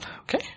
Okay